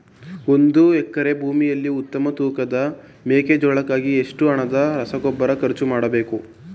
ಒಂದು ಎಕರೆ ಭೂಮಿಯಲ್ಲಿ ಉತ್ತಮ ತೂಕದ ಮೆಕ್ಕೆಜೋಳಕ್ಕಾಗಿ ಎಷ್ಟು ಹಣದ ರಸಗೊಬ್ಬರ ಖರ್ಚು ಮಾಡಬೇಕು?